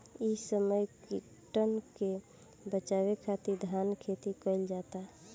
इ समय कीटन के बाचावे खातिर धान खेती कईल जाता